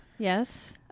Yes